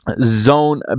Zone